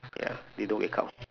ya they don't wake up